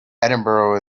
edinburgh